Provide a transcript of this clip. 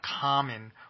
common